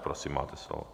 Prosím, máte slovo.